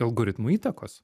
elgoritmų įtakos